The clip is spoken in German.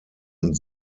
und